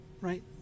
right